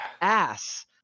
ass